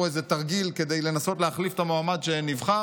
איזה תרגיל כדי לנסות להחליף את המועמד שנבחר.